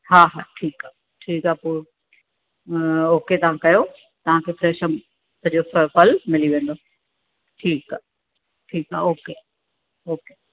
हा हा ठीकु आहे ठीकु आहे पोइ ओके तव्हां कयो तव्हांखे फ़्रैश अंब जो फ़ फल मिली वेंदो ठीकु आहे ठीकु आहे ओके ओके